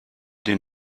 den